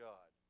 God